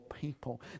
people